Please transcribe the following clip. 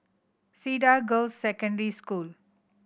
Cedar Girls' Secondary School